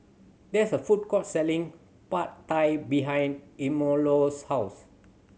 there is a food court selling Pad Thai behind house